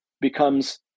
becomes